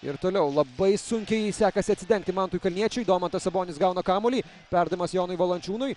ir toliau labai sunkiai sekasi atsidengti mantui kalniečiui domantas sabonis gauna kamuolį perdavimas jonui valančiūnui